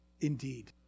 indeed